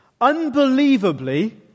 Unbelievably